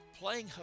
playing